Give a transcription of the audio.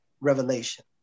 revelation